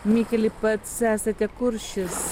mikeli pats esate kuršis